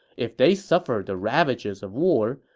if they suffer the ravages of war,